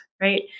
right